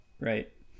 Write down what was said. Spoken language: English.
Right